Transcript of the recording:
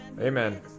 Amen